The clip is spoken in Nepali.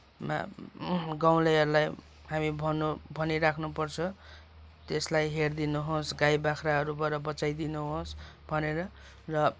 गाउँलेहरूलाई हामी भन्नु भनिराख्नु पर्छ त्यसलाई हेरिदिनुहोस् गाई बाख्राबाट बचाइदिनुहोस् भनेर र